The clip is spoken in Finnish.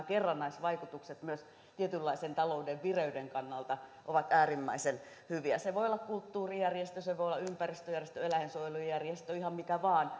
kerrannaisvaikutukset myös tietynlaisen talouden vireyden kannalta ovat äärimmäisen hyviä se voi olla kulttuurijärjestö se voi olla ympäristöjärjestö eläinsuojelujärjestö ihan mikä vain